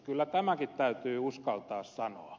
kyllä tämäkin täytyy uskaltaa sanoa